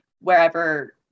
wherever